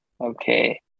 okay